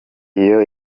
iyo